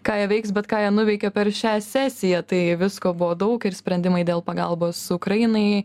ką jie veiks bet ką jie nuveikė per šią sesiją tai visko buvo daug ir sprendimai dėl pagalbos ukrainai